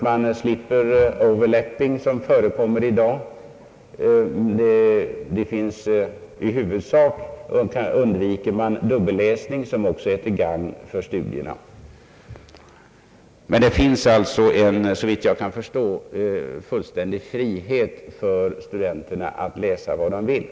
Man slipper den överlapping som förekommer i dag och man undviker den dubbelläsning, som är klart till nackdel för studierna. Men det finns, såvitt jag kan förstå, en fullständig frihet för studenterna att läsa vad de vill.